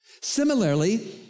Similarly